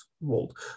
world